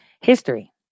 history